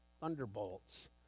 thunderbolts